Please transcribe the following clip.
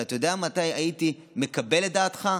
ואתה יודע מתי הייתי מקבל את דעתך?